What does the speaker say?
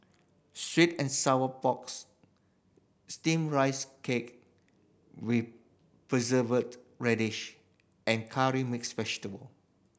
sweet and sour porks Steamed Rice Cake with Preserved Radish and Curry Mixed Vegetable